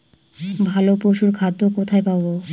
ভালো পশুর খাদ্য কোথায় পাবো?